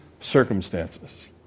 circumstances